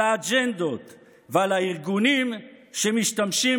על האג'נדות ועל הארגונים שמשתמשים